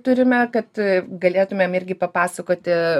turime kad galėtumėm irgi papasakoti